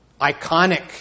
iconic